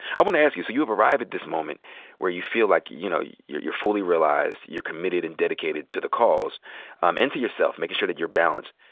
i want to ask you. so you have arrived at this moment where you feel like, you know, you're you're fully realized, you're committed and dedicated to the cause um and to yourself, making sure that you're balanced.